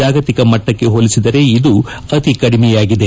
ಜಾಗತಿಕ ಮಟ್ಟಕ್ಕೆ ಹೋಲಿಸಿದರೆ ಇದು ಅತಿ ಕಡಿಮೆಯಾಗಿದೆ